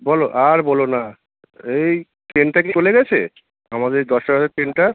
বলো আর বলো না এই ট্রেনটা কি চলে গেছে আমাদের দশটার ট্রেনটা